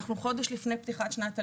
אנחנו חודש לפני פתיחת שנת הלימודים,